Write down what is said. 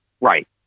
Right